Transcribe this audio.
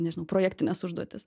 nežinau projektines užduotis